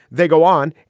they go on.